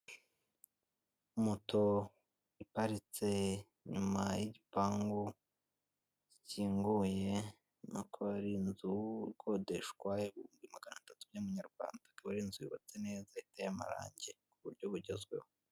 Moto iparitse inyuma y'igipangu gikinguye, ubona ko arinzu ikodeshwa ibihumbi magana atatu by'amanyarwanda. Akaba ar'inzu yubatse neza, iteye amarangi ku buryo bugezweho.